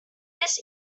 this